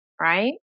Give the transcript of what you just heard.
right